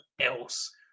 else